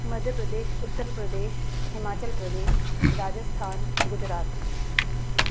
Madhya Pradesh Uttar Pradesh Himachal Pradesh Rajasthan Gujarat